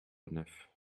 neuf